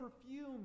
perfume